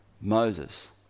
Moses